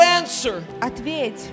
answer